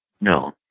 no